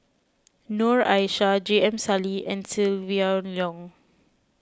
Noor Aishah J M Sali and Silvia Yong